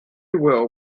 well